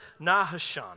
Nahashan